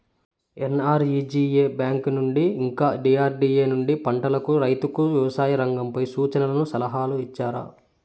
NREGA bank నుండి ఇంకా D R D A నుండి పంటలకు రైతుకు వ్యవసాయ రంగంపై సూచనలను సలహాలు ఇచ్చారా